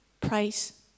price